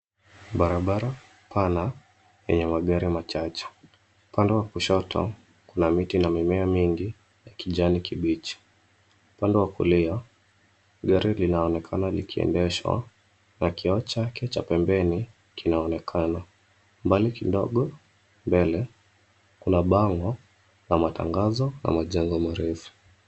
Barabara pana yenye magari machache. Upande wa kushoto, kuna miti na mimea mingi ya kijani kibichi. Upande wa kulia, gari linaonekana likiendeshwa na kioo chake cha pembeni kinaonekana. Mbali kidogo mbele, kuna bango la matangazo na majengo marefu.